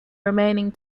remaining